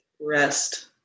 rest